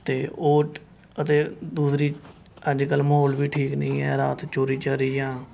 ਅਤੇ ਉਹ ਅਤੇ ਦੂਸਰੀ ਅੱਜ ਕੱਲ੍ਹ ਮਾਹੌਲ ਵੀ ਠੀਕ ਨਹੀਂ ਹੈ ਰਾਤ ਚੋਰੀ ਚਾਰੀ ਜਾਂ